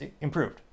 improved